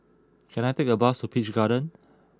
can I take a bus to Peach Garden